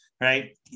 right